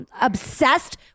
obsessed